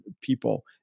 people